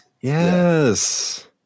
Yes